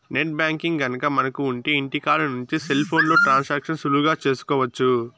net banking గనక మనకు ఉంటె ఇంటికాడ నుంచి సెల్ ఫోన్లో ట్రాన్సాక్షన్స్ సులువుగా చేసుకోవచ్చు